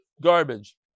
garbage